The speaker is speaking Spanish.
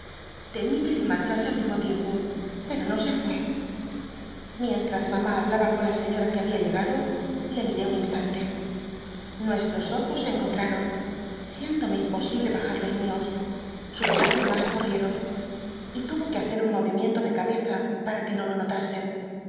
temí que se marchase al mismo tiempo pero no se fué mientras mamá hablaba con la señora que había llegado le miré un instante nuestros ojo se encontraron siéndome imposible bajar los míos sus lágrimas corrieron y tuvo que hacer un movimiento de cabeza para que no lo notasen